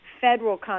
federal